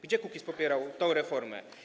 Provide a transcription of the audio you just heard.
Gdzie Kukiz popierał tę reformę?